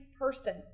person